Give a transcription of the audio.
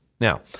Now